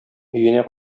өенә